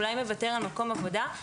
אולי מוותר על מקום עבודה,